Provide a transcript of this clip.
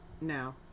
no